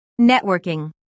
Networking